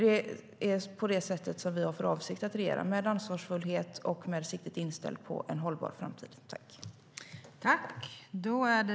Det är på det sättet vi har för avsikt att regera, med ansvar och med siktet inställt på en hållbar framtid.